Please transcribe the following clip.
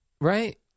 right